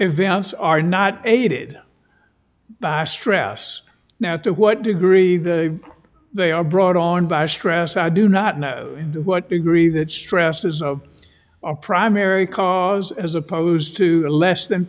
events are not aided by stress now to what degree the they are brought on by stress i do not know what degree that stress is of a primary cause as opposed to a less than